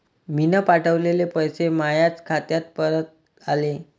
मीन पावठवलेले पैसे मायाच खात्यात परत आले